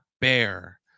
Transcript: bear